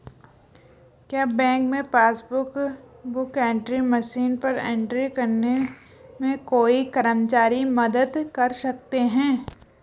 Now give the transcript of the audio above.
क्या बैंक में passbook book entry machine पर एंट्री करने में कोई कर्मचारी मदद कर सकते हैं?